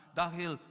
dahil